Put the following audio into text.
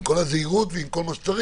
עם כל הזהירות ועם כל מה שצריך,